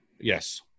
Yes